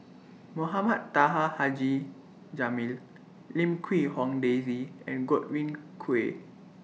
Mohamed Taha Haji Jamil Lim Quee Hong Daisy and Godwin Koay